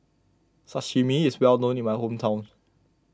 Sashimi is well known in my hometown